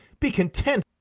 be content